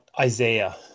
Isaiah